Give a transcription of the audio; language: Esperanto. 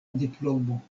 diplomo